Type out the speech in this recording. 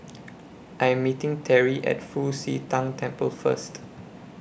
I Am meeting Teri At Fu Xi Tang Temple First